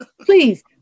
please